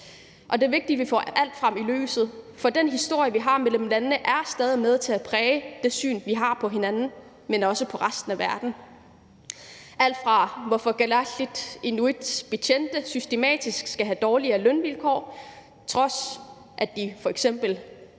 og det er vigtigt, at vi får alt frem i lyset, for den historie, vi har mellem landene, er stadig med til at præge det syn, vi har på hinanden, men også på resten af verden. Det gælder alt fra, hvorfor kalaallit-inuits betjente systematisk skal have dårligere lønvilkår, på trods af at færøske